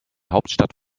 hauptstadt